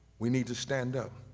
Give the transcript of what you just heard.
we need to stand up.